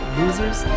losers